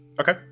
Okay